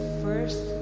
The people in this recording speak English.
first